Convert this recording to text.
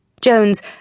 Jones